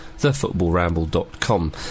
thefootballramble.com